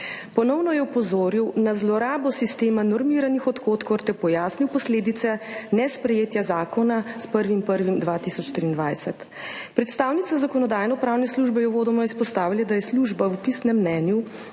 Ponovno je opozoril na zlorabo sistema normiranih odhodkov ter pojasnil posledice nesprejetja zakona s 1. 1. 2023. Predstavnica Zakonodajno-pravne službe je uvodoma izpostavila, da je služba v pisnem mnenju